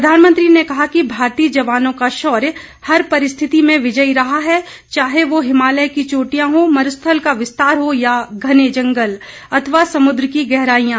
प्रधानमंत्री ने कहा कि भारतीय जवानों का शौर्य हर परिस्थिति में विजयी रहा है चाहे वो हिमालय की चोटियां हों मरुस्थल का विस्तार हो या घने जंगल अथवा समुद्र की गहराइयां